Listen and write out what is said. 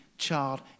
child